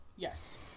yes